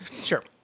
Sure